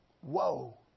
Whoa